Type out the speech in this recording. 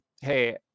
hey